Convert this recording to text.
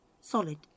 solid